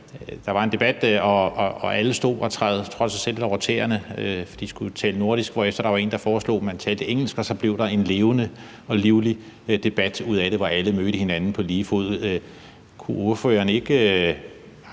der var en debat og alle stod og trådte sig selv over tæerne, fordi de jo skulle tale nordisk, hvorefter der var en, der foreslog, at man talte engelsk, og så blev der en levende og livlig debat ud af det, hvor alle mødte hinanden på lige fod. Kunne ordføreren ikke